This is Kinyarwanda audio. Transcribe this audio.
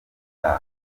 itaha